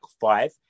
five